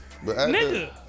Nigga